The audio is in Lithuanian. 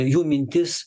jų mintis